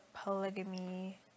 polygamy